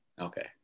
Okay